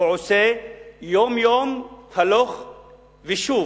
הוא עושה יום-יום הלוך ושוב,